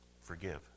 Forgive